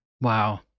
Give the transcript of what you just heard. Wow